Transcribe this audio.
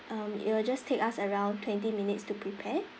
um it will just take us around twenty minutes to prepare